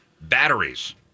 batteries